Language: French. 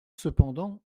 cependant